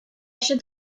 should